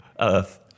Earth